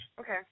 Okay